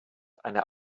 eine